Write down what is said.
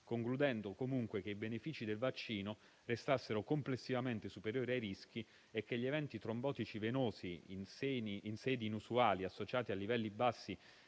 concludendo comunque che i benefici del vaccino restassero complessivamente superiori ai rischi e che gli eventi trombotici venosi in sedi inusuali associati a livelli bassi